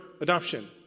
adoption